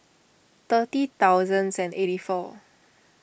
thirty thousands and eighty four